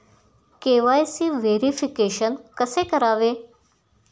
KYC verification कसे करावे?